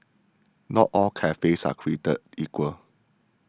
not all cafes are created equal